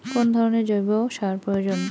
কোন ধরণের জৈব সার প্রয়োজন?